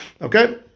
Okay